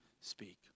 speak